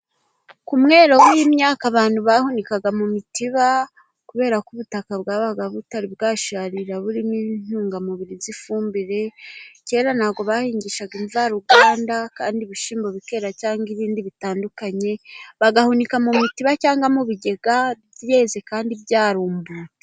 Ku mwero w'imyaka abantu bahunikaga mu mitiba, kuberako ubutaka bwabaga butari bwasharira burimo intungamubiri z'ifumbire. Kera ntago bahingishaga imvaruganda kandi ibishimbo bikera cyanga ibindi bitandukanye bagahunika mu mitiba cyanga mu bigega byeze kandi byarumbutse.